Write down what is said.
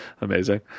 amazing